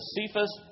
Cephas